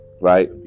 right